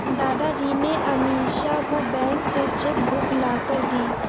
दादाजी ने अमीषा को बैंक से चेक बुक लाकर दी